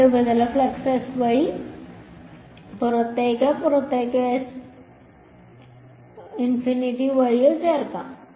രണ്ട് ഉപരിതല fluxes വഴി പുറത്തേക്കോ പുറത്തേക്കോ വഴിയോ ചോർന്നേക്കാം